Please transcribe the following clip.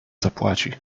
zapłaci